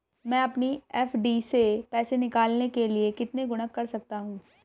मैं अपनी एफ.डी से पैसे निकालने के लिए कितने गुणक कर सकता हूँ?